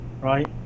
right